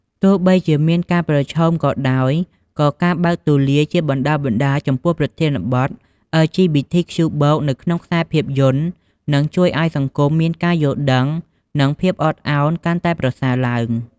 ទោះបីជាមានការប្រឈមក៏ដោយ ក៏ការបើកទូលាយជាបណ្តើរៗចំពោះប្រធានបទ អិល ជី ប៊ី ធី ខ្ជូ បូក (LGBTQ+) នៅក្នុងខ្សែភាពយន្ត នឹងជួយឲ្យសង្គមមានការយល់ដឹង និងភាពអត់អោនកាន់តែប្រសើរឡើង។